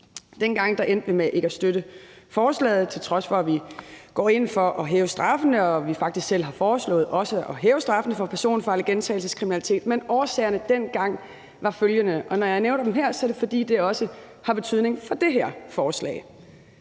Dengang endte vi med ikke at støtte forslaget, til trods for at vi går ind for at hæve straffene, og vi foreslog faktisk selv også at hæve straffen for personfarlig gentagelseskriminalitet. Årsagerne dengang var de følgende, og når jeg nævner dem her, er det, fordi de også har betydning for det her forslag,